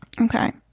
Okay